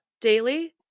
daily